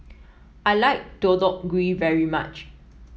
I like Deodeok Gui very much